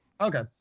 Okay